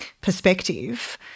perspective